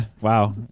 Wow